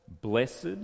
blessed